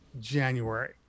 January